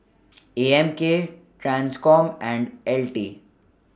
A M K TRANSCOM and L T